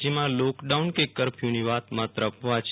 રાજ્યમાં લોકડાઉન કે કર્ફથુની વાત માત્ર અફવા છે